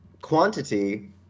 quantity